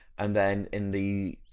and then in the,